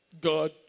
God